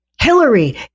hillary